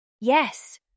Yes